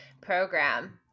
program